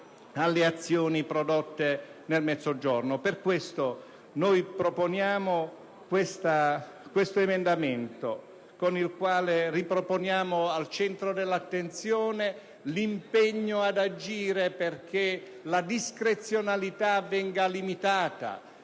alle azioni prodotte nel Mezzogiorno. Per tale motivo, presentiamo l'emendamento 4.1, con il quale riproponiamo al centro dell'attenzione l'impegno ad agire affinché la discrezionalità venga limitata,